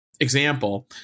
Example